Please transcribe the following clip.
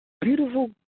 beautiful